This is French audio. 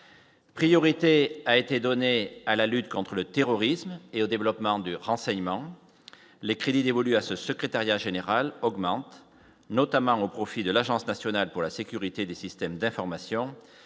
Priorité a été donnée à la lutte contre le terrorisme et au développement de renseignement, les crédits dévolus à ce secrétariat général augmente, notamment au profit de l'Agence nationale pour la sécurité des systèmes d'information